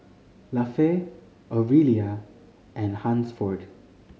Lafe Aurelia and Hansford